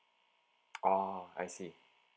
oh I see